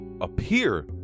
appear